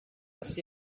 است